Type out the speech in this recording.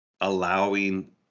allowing